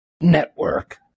network